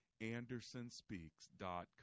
AndersonSpeaks.com